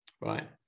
right